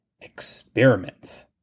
experiments